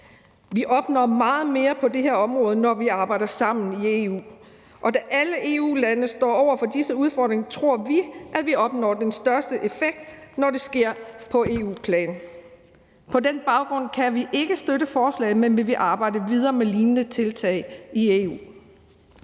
Vi opnår meget mere på det her område, når vi arbejder sammen i EU, og da alle EU-lande står over for disse udfordringer, tror vi, at vi opnår den største effekt, når det sker på EU-plan. På den baggrund kan vi ikke støtte forslaget, men vi vil arbejde videre med lignende tiltag i EU.